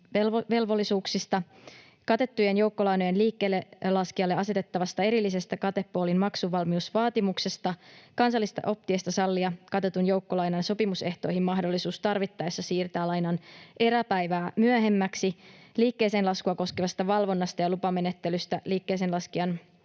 katettujen joukkolainojen liikkeellelaskijalle asetettavasta erillisestä katepoolin maksuvalmiusvaatimuksesta, kansallisesta optiosta sallia katetun joukkolainan sopimusehtoihin mahdollisuus tarvittaessa siirtää lainan eräpäivää myöhemmäksi, liikkeeseenlaskua koskevasta valvonnasta ja lupamenettelystä, liikkeeseenlaskijan